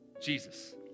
Jesus